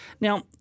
Now